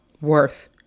worth